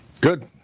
Good